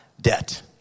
debt